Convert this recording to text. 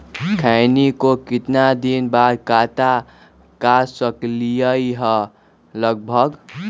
खैनी को कितना दिन बाद काट सकलिये है लगभग?